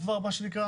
מיתקני